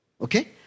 Okay